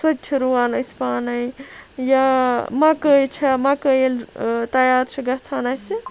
سُہ تہِ چھُ رُوان أسۍ پانے یا مَکٲے چھَ مَکٲے ییٚلہِ تَیار چھِ گَژھان اَسہِ